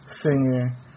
Singer